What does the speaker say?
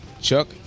Chuck